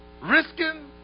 Risking